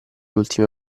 ultime